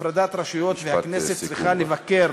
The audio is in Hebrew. הפרדת רשויות ועל כך שהכנסת צריכה לבקר